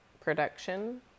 production